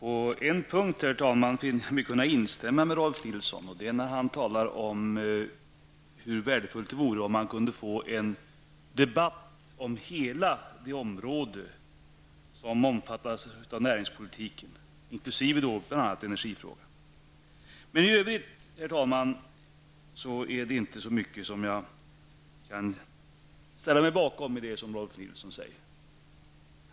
Herr talman! På en punkt kan jag instämma med Rolf L Nilson. Han talade om hur värdefullt det skulle vara om vi kunde få en debatt om hela det område som omfattas av näringspolitiken, inkl. Men i övrigt, herr talman, är det inte så mycket av det Rolf L Nilson sade som jag kan ställa mig bakom.